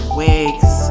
wigs